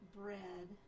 bread